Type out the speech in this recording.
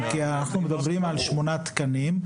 אנחנו מדברים על שמונה תקנים.